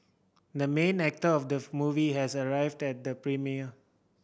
the main actor of the movie has arrived at the premiere